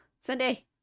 Sunday